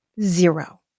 zero